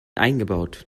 eingebaut